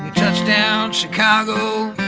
touchdown chicago,